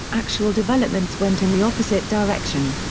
actual developments went in the opposite direction.